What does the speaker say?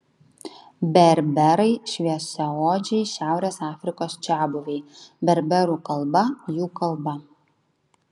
berberai šviesiaodžiai šiaurės afrikos čiabuviai berberų kalba jų kalba